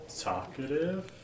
talkative